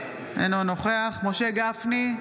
אינו נוכח משה גפני,